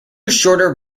shorter